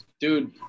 Dude